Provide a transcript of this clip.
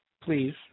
please